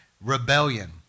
Rebellion